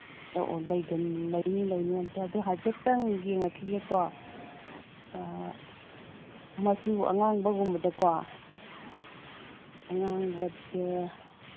ꯑꯣ ꯑꯣ ꯂꯩꯅꯤ ꯂꯩꯅꯤ ꯑꯝꯇ ꯑꯗꯨ ꯍꯥꯏꯐꯦꯠꯇꯪ ꯌꯦꯡꯉꯛꯈꯤꯒꯦꯀꯣ ꯃꯆꯨ ꯑꯉꯥꯡꯕꯗꯒꯨꯝꯕꯀꯣ ꯑꯉꯥꯡꯕꯁꯦ